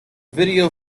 video